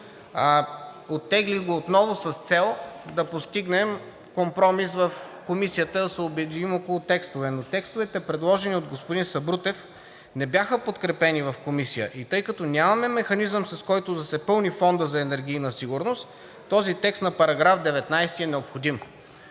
оттеглих отново с цел да постигнем компромис в Комисията, да се обединим около текстове. Но текстовете, предложени от господин Сабрутев, не бяха подкрепени в Комисията. И тъй като нямаме механизъм, с който да се пълни Фондът за енергийна сигурност, този текст на § 19 е необходим.